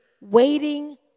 waiting